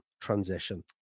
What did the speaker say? transition